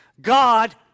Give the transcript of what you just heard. God